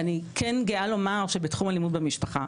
ואני כן גאה לומר שבתחום אלימות במשפחה,